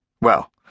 Well